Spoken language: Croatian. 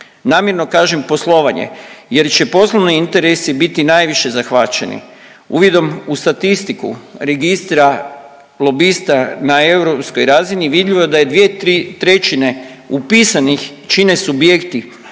Namjerno kažem poslovanje jer će poslovni interesi biti najviše zahvaćeni. Uvidom u statistiku registra lobista na europskoj razini vidljivo je da je 2/3 upisanih čine subjekti